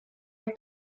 with